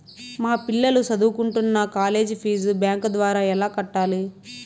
మా పిల్లలు సదువుకుంటున్న కాలేజీ ఫీజు బ్యాంకు ద్వారా ఎలా కట్టాలి?